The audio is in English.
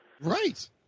right